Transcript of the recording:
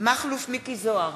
מכלוף מיקי זוהר,